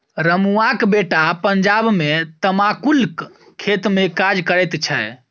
रमुआक बेटा पंजाब मे तमाकुलक खेतमे काज करैत छै